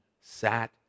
sat